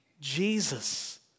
Jesus